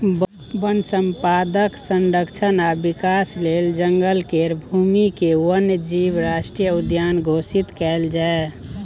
वन संपदाक संरक्षण आ विकास लेल जंगल केर भूमिकेँ वन्य जीव राष्ट्रीय उद्यान घोषित कएल जाए